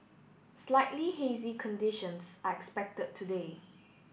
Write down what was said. slightly hazy conditions are expected today